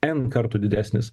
n kartų didesnis